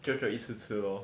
久久一次吃 lor